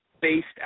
based